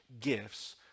gifts